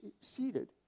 seated